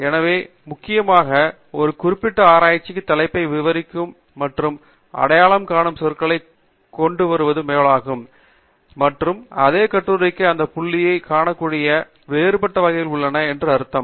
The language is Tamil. எனவே முக்கியமாக ஒரு குறிப்பிட்ட ஆராய்ச்சித் தலைப்பை விவரிக்கும் மற்றும் அடையாளம் காணும் சொற்களைக் கொண்டு வருவது போலாகும் மற்றும் அதே கட்டுரைக்கு அந்த புள்ளியைக் காணக்கூடிய வேறுபட்ட வகைகள் உள்ளன என்று அர்த்தம்